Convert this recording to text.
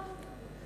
חיסכון?